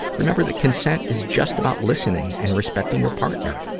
remember that consent is just about listening and respecting your partner.